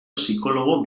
psikologo